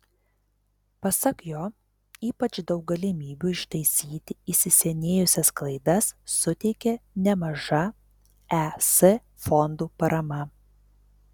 pasak jo ypač daug galimybių ištaisyti įsisenėjusias klaidas suteikė nemaža es fondų parama